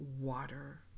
water